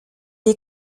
est